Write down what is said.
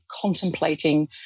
contemplating